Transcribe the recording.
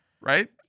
Right